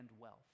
wealth